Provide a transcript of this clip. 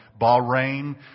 Bahrain